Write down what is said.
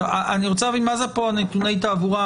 אני רוצה להבין מה זה פה "נתוני תעבורה",